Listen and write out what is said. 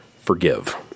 forgive